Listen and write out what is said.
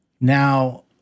Now